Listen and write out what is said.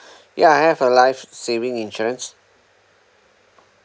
yeah I have a life saving insurance